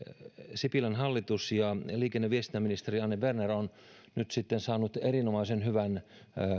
sipilän hallitus ja liikenne ja viestintäministeri anne berner ovat nyt saaneet erinomaisen hyvän